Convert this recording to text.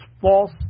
false